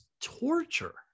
torture